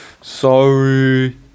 Sorry